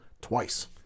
twice